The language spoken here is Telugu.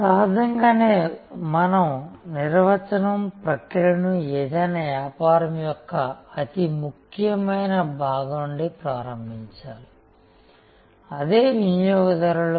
సహజంగానే మన నిర్వచనం ప్రక్రియను ఏదైనా వ్యాపారం యొక్క అతి ముఖ్యమైన భాగం నుండి ప్రారంభించాలి అదే వినియోగదారులు